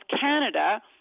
Canada